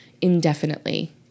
indefinitely